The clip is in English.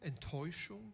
Enttäuschung